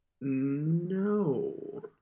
no